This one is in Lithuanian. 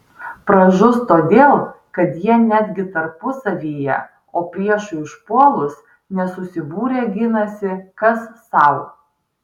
pražus todėl kad jie netgi tarpusavyje o priešui užpuolus nesusibūrę ginasi kas sau